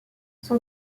son